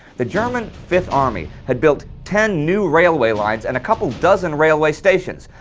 the german fifth army had built ten new railway lines and a couple dozen railway stations.